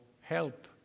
help